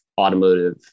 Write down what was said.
automotive